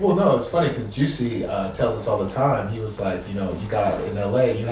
well no, it's funny, cause juicy tells us all the time. he was like, you know got, in l a,